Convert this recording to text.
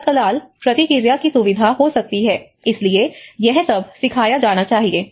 तत्काल प्रतिक्रिया की सुविधा हो सकती है इसलिए यह सब सिखाया जाना चाहिए